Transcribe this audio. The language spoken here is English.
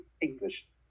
english